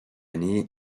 année